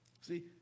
See